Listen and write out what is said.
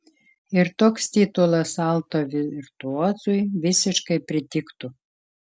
ir toks titulas alto virtuozui visiškai pritiktų